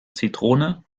zitrone